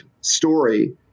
story